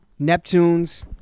neptunes